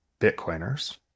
Bitcoiners